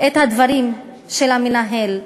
את הדברים של המנהל,